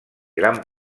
gran